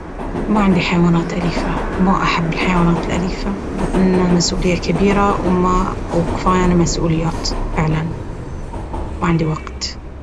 ما عندي حيوانات أليفة ما أحب الحيوانات الأليفة لأنه مسؤولية كبيرة و كفايانا مسؤوليات فعلا ما عندي وقت